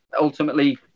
Ultimately